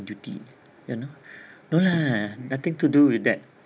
duty you know no lah nothing to do with that